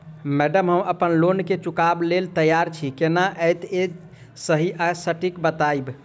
Madam हम अप्पन loan केँ चुकाबऽ लैल तैयार छी केना हएत जे सही आ सटिक बताइब?